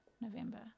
November